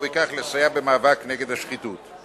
ובכך לסייע במאבק נגד השחיתות.